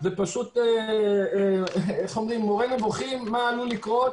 זה פשוט מורה נבוכים למה עלול לקרות